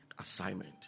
assignment